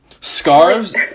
Scarves